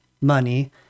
money